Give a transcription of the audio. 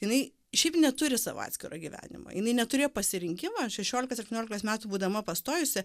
jinai šiaip neturi savo atskiro gyvenimo jinai neturėjo pasirinkimo šešiolikos septyniolikos metų būdama pastojusi